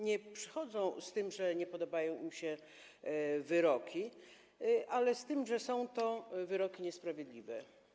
Nie przychodzą z tym, że nie podobają im się wyroki, ale przychodzą z tym, że są to wyroki niesprawiedliwe.